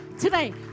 today